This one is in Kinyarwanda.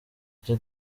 icyo